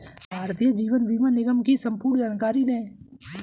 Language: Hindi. भारतीय जीवन बीमा निगम की संपूर्ण जानकारी दें?